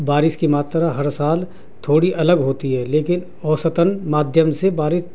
بارش کی ماترا ہر سال تھوڑی الگ ہوتی ہے لیکن اوسطاً مادھیم سے بارش